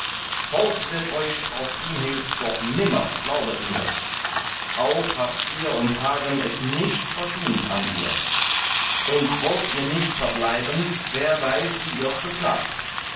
hold wird euch frau kriemhild doch nimmer glaubet mir auch habt ihr und hagen es nicht verdient an ihr und wollt ihr nicht verbleiben wer weiß wie ihr's beklagt